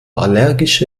allergische